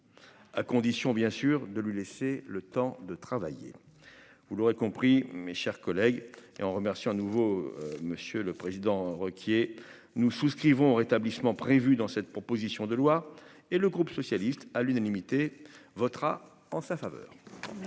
à condition bien sûr de lui laisser le temps de travailler, vous l'aurez compris mes chers collègues, et en remercions nouveau monsieur le Président requis, elle nous souscrivons au rétablissement, prévu dans cette proposition de loi et le groupe socialiste à l'unanimité, votera en sa faveur.